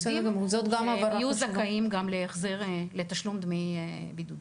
שיהיו זכאים גם לתשלום דמי בידוד.